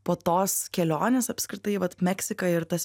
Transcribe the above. po tos kelionės apskritai vat meksika ir tas